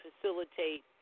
facilitate